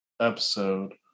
episode